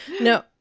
no